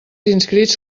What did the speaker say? inscrits